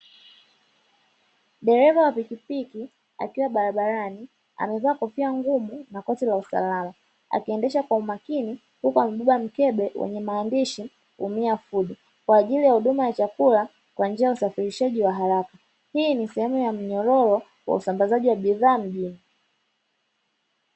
Dereva wa pikipiki akiwa barabarani, amevaa kofia ngumu na koti la usalama, akiendesha kwa umakini huku akibeba mkebe wenye maandishi "Jumia food" kwa ajili ya huduma ya chakula kwa njia ya usafirishaji wa haraka. Hii ni sehemu ya mnyororo wa usambazaji wa bidhaa mjini.